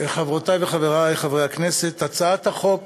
חברותי וחברי חברי הכנסת, הצעת החוק